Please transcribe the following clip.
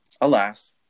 alas